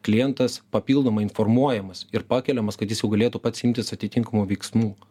klientas papildomai informuojamas ir pakeliamas kad jis jau galėtų pats imtis atitinkamų veiksmų